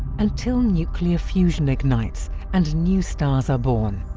until nuclear fusion ignites and new stars are born.